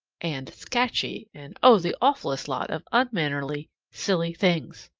and scatchy, and oh, the awfullest lot of unmannerly, silly things!